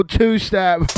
two-step